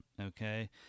okay